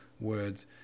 words